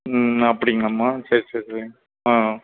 அப்படிங்களாம்மா சரி சரி சரிங்க